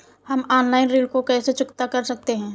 हम ऑनलाइन ऋण को कैसे चुकता कर सकते हैं?